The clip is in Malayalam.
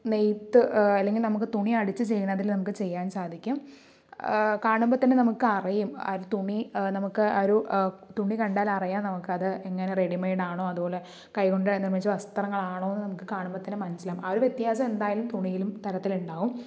നെയ്ത് അല്ലെങ്കിൽ നമുക്ക് തുണിയടിച്ച് ചെയ്യുന്നതിൽ നമുക്ക് ചെയ്യാൻ സാധിക്കും കാണുബോൾ തന്നെ നമുക്ക് അറിയും കണ്ടാൽ അറിയും അത് തുണി നമുക്ക് തുണി കണ്ടാൽ അറിയാം നമുക്ക് അത് എങ്ങനെ റെഡിമെയ്ഡ് ആണോ അതുപോലെ കൈകൊണ്ട് നിർമിച്ച വസ്ത്രങ്ങളാണോ എന്ന് നമുക്ക് കാണുമ്പോൾ തന്നെ മനസിലാകും ആ ഒരു വ്യത്യാസം എന്തായാലും തുണിയിലും തരത്തിലും ഉണ്ടാകും